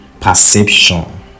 perception